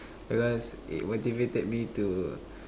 because it motivated me to